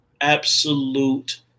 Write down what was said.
Absolute